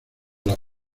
las